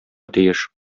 тиеш